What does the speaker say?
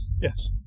Yes